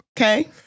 Okay